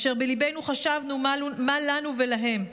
ובליבנו חשבנו: מה לנו ולהם?